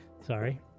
Sorry